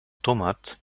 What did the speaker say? tomates